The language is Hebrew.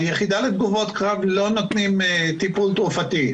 היחידה לתגובות קרב לא נותנים טיפול תרופתי,